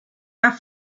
have